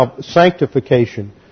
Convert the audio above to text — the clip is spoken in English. sanctification